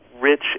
rich